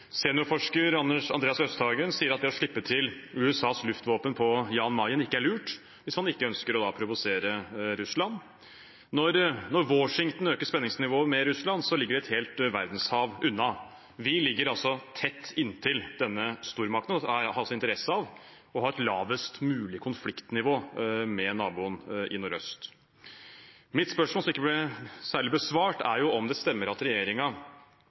Seniorforsker Andreas Østhagen sier at det å slippe til USAs luftvåpen på Jan Mayen ikke er lurt hvis man da ikke ønsker å provosere Russland. Når Washington øker spenningsnivået med Russland, ligger man et helt verdenshav unna. Vi ligger tett inntil denne stormakten og har altså interesse av å ha et lavest mulig konfliktnivå med naboen i nordøst. Mitt spørsmål, som ikke ble særlig besvart, er om det stemmer at